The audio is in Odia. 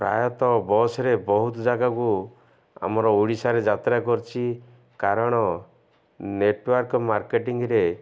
ପ୍ରାୟତଃ ବସ୍ରେ ବହୁତ ଜାଗାକୁ ଆମର ଓଡ଼ିଶାରେ ଯାତ୍ରା କରିଛି କାରଣ ନେଟ୍ୱାର୍କ ମାର୍କେଟିଙ୍ଗ୍ରେ